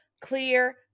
clear